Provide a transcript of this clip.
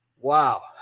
Wow